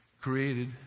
created